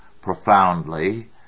profoundly